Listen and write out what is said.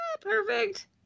perfect